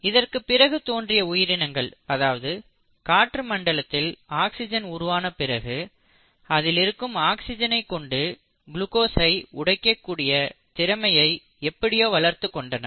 இதற்குப் பிறகு தோன்றிய உயிரினங்கள் அதாவது காற்று மண்டலத்தில் ஆக்சிஜன் உருவான பிறகு அதில் இருக்கும் ஆக்சிஜனை கொண்டு குளுக்கோசை உடைக்கக் கூடிய திறமையை எப்படியோ வளர்த்துக் கொண்டனர்